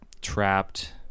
trapped